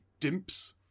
Dimps